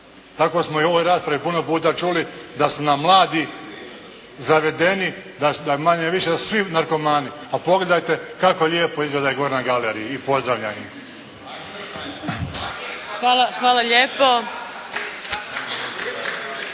Tako smo i u ovoj raspravi puno puta čuli da su nam mladi zavedeni, da manje-više su svi narkomani. A pogledajte kako lijepo izgledaju gore na galeriji. I pozdravljam ih.